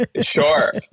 Sure